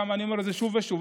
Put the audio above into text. ואני אומר את זה שוב ושוב,